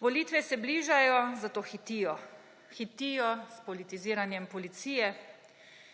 Volitve se bližajo, zato hitijo, hitijo s politiziranjem policije,